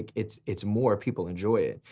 it's it's more people enjoy it.